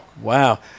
wow